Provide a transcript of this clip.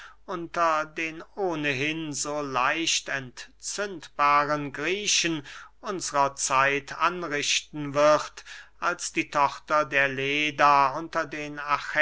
unter den ohnehin so leicht entzündbaren griechen unsrer zeit anrichten wird als die tochter der leda unter den